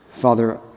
Father